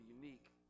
unique